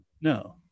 No